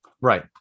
right